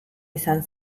izan